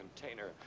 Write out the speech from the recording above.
container